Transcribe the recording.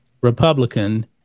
Republican